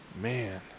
Man